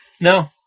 No